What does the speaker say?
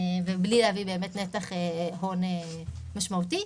בלי להביא נתח הון משמעותי.